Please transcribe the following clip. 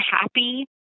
happy